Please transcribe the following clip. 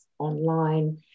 online